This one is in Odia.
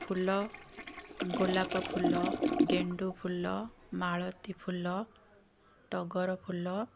ଫୁଲ ଗୋଲାପଫୁଲ ଗେଣ୍ଡୁଫୁଲ ମାଳତୀଫୁଲ ଟଗରଫୁଲ